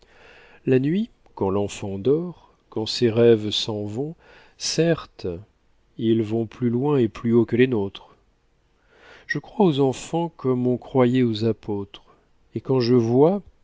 la nuit quand l'enfant dort quand ses rêves s'en vont certes ils vont plus loin et plus haut que les nôtres je crois aux enfants comme on croyait aux apôtres et quand je vois